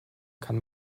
kann